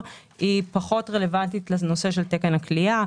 היא פחות רלוונטית לנושא של תקן הכליאה.